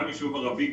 גם יישוב ערבי,